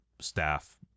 staff